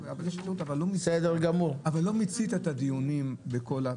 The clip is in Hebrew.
אבל לא מיצית את הדיונים.